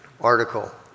article